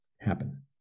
happen